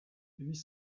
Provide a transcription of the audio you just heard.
huit